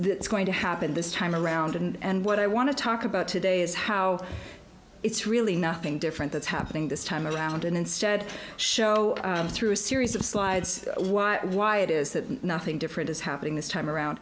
it's going to happen this time around and what i want to talk about today is how it's really nothing different that's happening this time around and instead show through a series of slides why why it is that nothing different is happening this time around